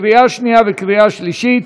קריאה שנייה וקריאה שלישית.